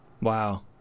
Wow